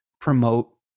promote